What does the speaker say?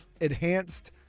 enhanced